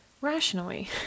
rationally